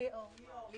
יש עוד הרבה דברים.